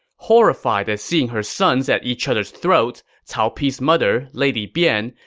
horrified at seeing her sons at each other's throats, cao pi's mother, lady bian,